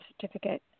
certificate